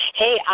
hey